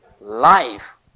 life